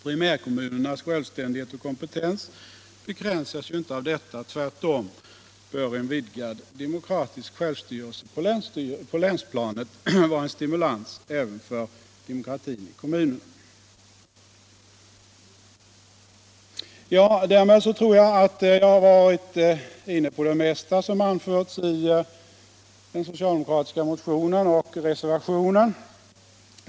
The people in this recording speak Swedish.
Primärkommunernas självständighet och kompetens begränsas inte av detta —- tvärtom bör en vidgad demokratisk självstyrelse på länsplanet vara en stimulans även för demokratin i kommunerna. Därmed tror jag att jag har varit inne på det mesta av vad som anförts i den socialdemokratiska motionen och reservationen.